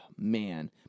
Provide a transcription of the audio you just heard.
Man